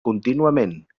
contínuament